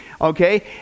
okay